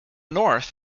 north